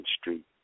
Street